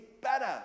better